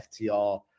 FTR